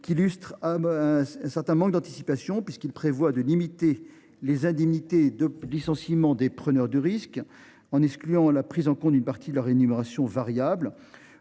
à mon sens un certain manque d’anticipation. Il prévoit de limiter les indemnités de licenciement des preneurs des risques en excluant la prise en compte d’une partie de leur rémunération variable.